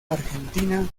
argentina